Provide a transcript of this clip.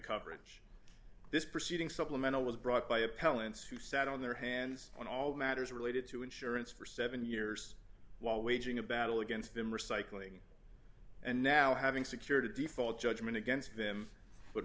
coverage this proceeding supplemental was brought by appellants who sat on their hands on all matters related to insurance for seven years while waging a battle against them recycling and now having secured a default judgment against them but